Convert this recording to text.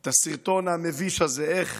את הסרטון המביש הזה, איך